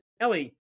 Ellie